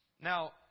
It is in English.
Now